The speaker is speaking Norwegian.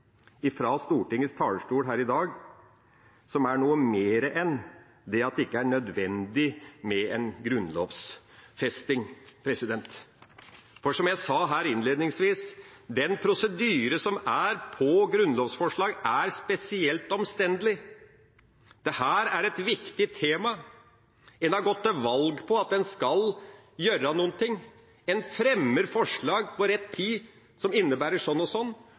Stortingets talerstol her i dag som er noe mer enn at «det ikke er nødvendig» med en grunnlovfesting. For, som jeg sa her innledningsvis: Den prosedyren som er rundt grunnlovsforslag, er spesielt omstendelig. Dette er et viktig tema. En har gått til valg på at en skal gjøre noe, en fremmer forslag til rett tid – som innebærer sånn og sånn